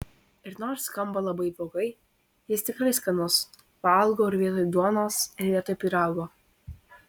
ir nors skamba labai blogai jis tikrai skanus valgau ir vietoj duonos ir vietoj pyrago